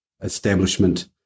establishment